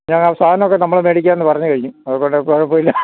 ഞങ്ങൾ സാധനമൊക്കെ നമ്മള് മേടിക്കാമെന്ന് പറഞ്ഞുകഴിഞ്ഞു അതുകൊണ്ട് കുഴപ്പമില്ല